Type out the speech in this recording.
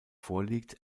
vorliegt